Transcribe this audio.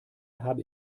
habe